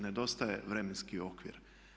Nedostaje vremenski okvir.